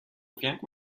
fianco